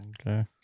Okay